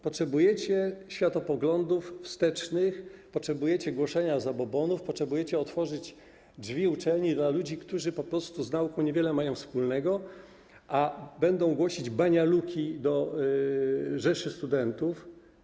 Potrzebujecie światopoglądów wstecznych, potrzebujecie głoszenia zabobonów, potrzebujecie otworzyć drzwi uczelni dla ludzi, którzy po prostu z nauką niewiele mają wspólnego, a będą głosić banialuki do rzeszy studentów.